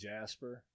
Jasper